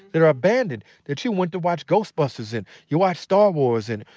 that are abandoned, that you went to watch ghostbusters in, you watched star wars in,